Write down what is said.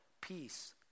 peace